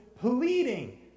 pleading